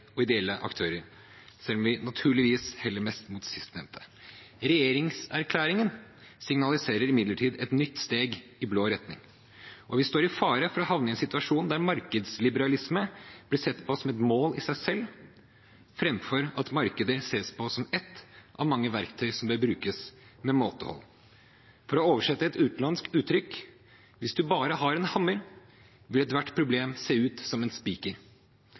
og ideelle aktører – selv om vi naturligvis heller mest mot sistnevnte. Regjeringserklæringen signaliserer imidlertid et nytt steg i blå retning, og vi står i fare for å havne i en situasjon der markedsliberalisme blir sett på som et mål i seg selv, framfor at markedet ses på som ett av mange verktøy, og som bør brukes med måtehold. For å oversette et utenlandsk uttrykk: «Hvis du bare har en hammer, vil ethvert problem synes som en spiker.»